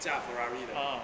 驾 ferrari 的